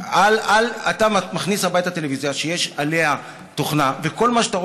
אתה מכניס הביתה טלוויזיה שיש עליה תוכנה וכל מה שאתה